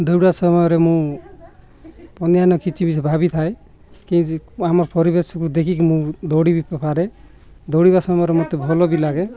ଦୌଡ଼ିବା ସମୟରେ ମୁଁ ଅନ୍ୟାନ୍ୟ କିଛି ବି ଭାବି ଥାଏ କି ଆମର ପରିବେଶକୁ ଦେଖିକି ମୁଁ ଦୌଡ଼ି ବି ପାରେ ଦୌଡ଼ିବା ସମୟରେ ମୋତେ ଭଲ ବି ଲାଗେ